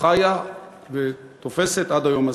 חיה ותופסת עד היום הזה.